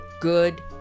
Good